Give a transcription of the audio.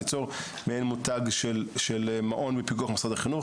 ליצור מעין מותג של מעון בפיקוח משרד החינוך.